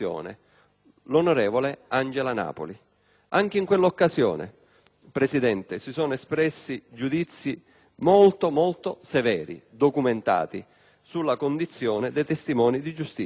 l'onorevole Angela Napoli. Anche in quell'occasione, Presidente, si sono espressi giudizi molto severi e documentati sulla condizione dei testimoni di giustizia.